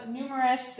numerous